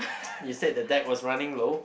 you said the deck was running low